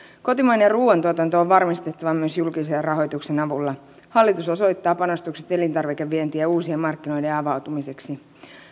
kotimainen ruuantuotanto on varmistettava myös julkisen rahoituksen avulla hallitus osoittaa panostukset elintarvikevientiin ja uusien markkinoiden avautumiseksi